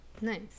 Nice